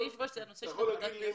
אתה יכול לומר לי,